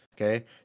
okay